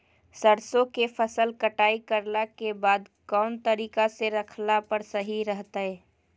सरसों के फसल कटाई करला के बाद कौन तरीका से रखला पर सही रहतय?